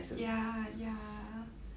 ya ya